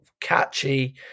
catchy